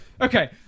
Okay